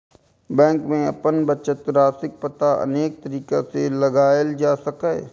bank मे अपन बचत राशिक पता अनेक तरीका सं लगाएल जा सकैए